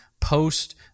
post